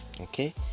okay